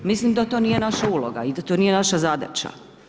Mislim da to nije naša uloga i da to nije naša zadaća.